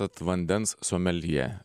tad vandens someljė